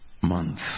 month